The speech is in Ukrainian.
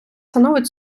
становить